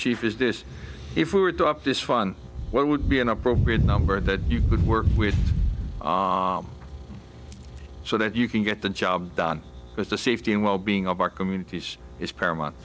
chief is this if we were to up this one what would be an appropriate number that you could work with so that you can get the job done with the safety and well being of our communities is paramount